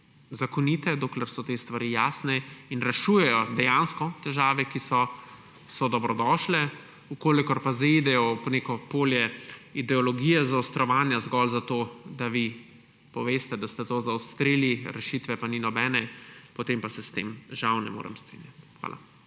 zakonite, dokler so te stvari jasne in rešujejo dejansko težave, ki so, so dobrodošle. V kolikor pa zaidejo v neko polje ideologije zaostrovanja zgolj zato, da vi poveste, da ste to zaostrili, rešitve pa ni nobene, potem pa se s tem žal ne morem strinjati. Hvala.